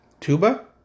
Tuba